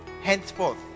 Henceforth